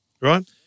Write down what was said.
right